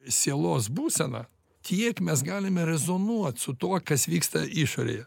sielos būsena tiek mes galime rezonuoti su tuo kas vyksta išorėje